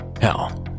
Hell